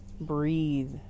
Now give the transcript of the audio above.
breathe